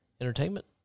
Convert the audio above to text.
entertainment